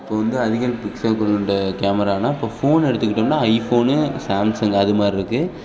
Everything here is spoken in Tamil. இப்போது வந்து அதிக பிக்சல் கொண்ட கேமரானால் இப்போது ஃபோன் எடுத்துக்கிட்டோம்னால் ஐஃபோனு சாம்சங் அது மாதிரி இருக்குது